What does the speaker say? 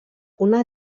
una